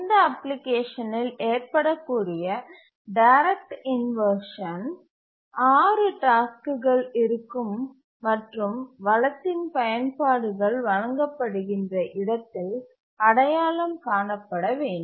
இந்த அப்ளிகேஷனில் ஏற்படக்கூடிய டைரக்ட் இன்வர்ஷன் 6 டாஸ்க்குகள் இருக்கும் மற்றும் வளத்தின் பயன்பாடுகள் வழங்கப்படுகின்ற இடத்தில் அடையாளம் காணப்பட வேண்டும்